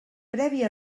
prèvia